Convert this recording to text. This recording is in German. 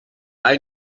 all